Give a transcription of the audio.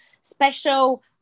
special